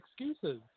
excuses